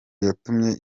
yatumye